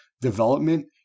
development